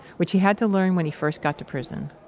which he had to learn when he first got to prison.